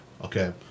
Okay